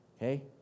okay